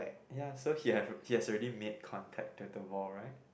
ya so he have he has already made contacted the ball right